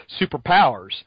superpowers